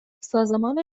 سازمان